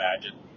imagine